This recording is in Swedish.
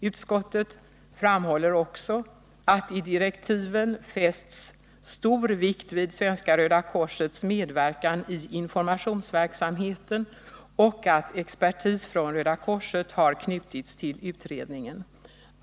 Utskottet framhåller också att det i direktiven fästs stor vikt vid Svenska röda korsets medverkan i informationsverksamheten och att expertis från Röda korset har knutits till utredningen.